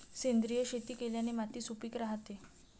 सेंद्रिय शेती केल्याने माती सुपीक राहते